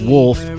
Wolf